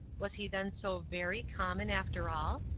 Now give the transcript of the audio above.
was he then so very common after all?